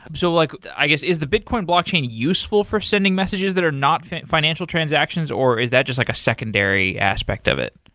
um so like i guess is the bitcoin blockchain useful for sending messages that are not financial transactions or is that just like a secondary aspect of it?